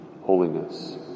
holiness